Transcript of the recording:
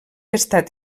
estat